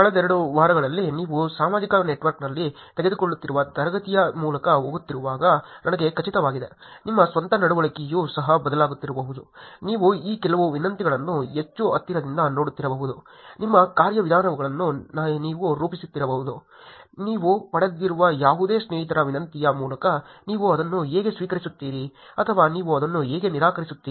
ಕಳೆದೆರಡು ವಾರಗಳಲ್ಲಿ ನೀವು ಸಾಮಾಜಿಕ ನೆಟ್ವರ್ಕ್ನಲ್ಲಿ ತೆಗೆದುಕೊಳ್ಳುತ್ತಿರುವ ತರಗತಿಯ ಮೂಲಕ ಹೋಗುತ್ತಿರುವಾಗ ನನಗೆ ಖಚಿತವಾಗಿದೆ ನಿಮ್ಮ ಸ್ವಂತ ನಡವಳಿಕೆಯು ಸಹ ಬದಲಾಗುತ್ತಿರಬಹುದು ನೀವು ಈ ಕೆಲವು ವಿನಂತಿಗಳನ್ನು ಹೆಚ್ಚು ಹತ್ತಿರದಿಂದ ನೋಡುತ್ತಿರಬಹುದು ನಿಮ್ಮ ಕಾರ್ಯವಿಧಾನವನ್ನು ನೀವು ರೂಪಿಸುತ್ತಿರಬಹುದು ನೀವು ಪಡೆಯುವ ಯಾವುದೇ ಸ್ನೇಹಿತರ ವಿನಂತಿಯ ಮೂಲಕ ನೀವು ಅದನ್ನು ಹೇಗೆ ಸ್ವೀಕರಿಸುತ್ತೀರಿ ಅಥವಾ ನೀವು ಅದನ್ನು ಹೇಗೆ ನಿರಾಕರಿಸುತ್ತೀರಿ